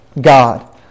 God